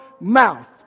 mouth